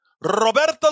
Roberto